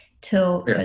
till